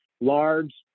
large